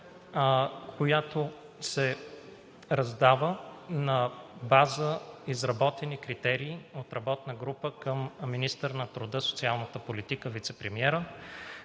която се раздава на база изработени критерии от работна група към министъра на труда, социалната и демографската политика –вицепремиера,